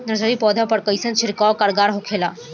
Nursery पौधा पर कइसन छिड़काव कारगर होखेला?